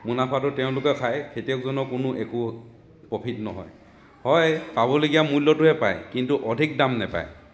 মুনাফাটো তেওঁলোকে খাই খেতিয়কজনৰ কোনো একো প্ৰফিট নহয় হয় পাবলগীয়া মূল্যটোৱে পায় কিন্তু অধিক দাম নাপায়